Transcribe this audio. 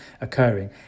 occurring